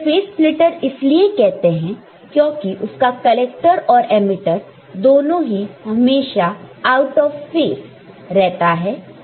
उसे phase splitter इसलिए कहते हैं क्योंकि उसका कलेक्टर और एमीटर दोनों ही हमेशा आउट ऑफ फेस रहते हैं